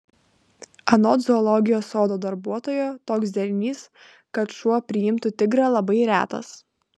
anot zoologijos sodo darbuotojo toks derinys kad šuo priimtų tigrą labai retas